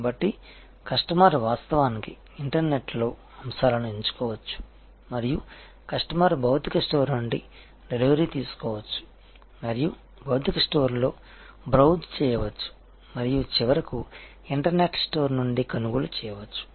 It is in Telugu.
కాబట్టి కస్టమర్ వాస్తవానికి ఇంటర్నెట్లో అంశాలను ఎంచుకోవచ్చు మరియు కస్టమర్ భౌతిక స్టోర్ నుండి డెలివరీ తీసుకోవచ్చు మరియు భౌతిక స్టోర్లో బ్రౌజ్ చేయవచ్చు మరియు చివరకు ఇంటర్నెట్ స్టోర్ నుండి కొనుగోలు చేయవచ్చు